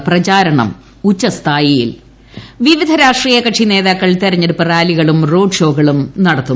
നാലാംഘട്ട പ്രചാരണം ഉച്ചസ്ഥായിയിൽ വിവിധ ്രാഷ്ട്രീയ കക്ഷി നേതാക്കൾ തെരഞ്ഞെടുപ്പ് റാലികളും റോഡ് ഷോകളും നടത്തുന്നു